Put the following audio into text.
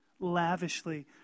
Lavishly